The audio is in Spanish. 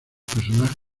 personajes